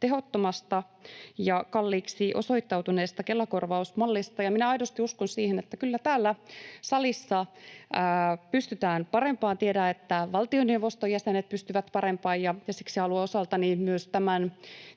tehottomasta ja kalliiksi osoittautuneesta Kela-korvausmallista. Minä aidosti uskon siihen, että kyllä täällä salissa pystytään parempaan. Tiedän, että valtioneuvoston jäsenet pystyvät parempaan, ja siksi haluan osaltani myös tämän